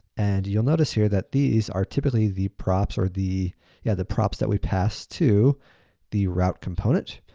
and you'll notice here that these are typically the props, or the yeah the props that we passed to the route component.